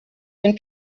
and